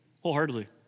wholeheartedly